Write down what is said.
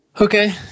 Okay